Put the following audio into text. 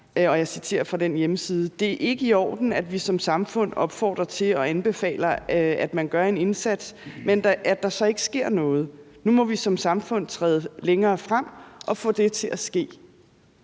jeg citerer fra hjemmesiden: »Det er ikke i orden, at vi som samfund opfordrer til og anbefaler, at man gør en indsats, men at der så ikke sker noget. Nu må vi som samfund træde længere frem og få det til at ske.«